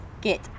get